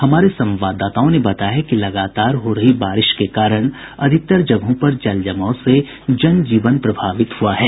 हमारे संवाददाताओं ने बताया है कि लगातार हो रही बारिश के कारण अधिकांश जगहों पर जल जमाव से जन जीवन प्रभावित हुआ है